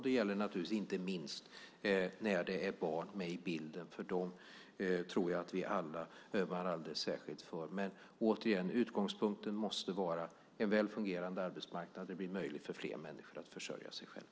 Detta gäller naturligtvis inte minst när det är barn med i bilden. För dem tror jag att vi alla ömmar alldeles särskilt. Men jag vill återigen säga: Utgångspunkten måste vara en väl fungerande arbetsmarknad där det blir möjligt för fler människor att försörja sig själva.